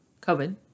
COVID